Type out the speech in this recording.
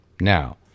Now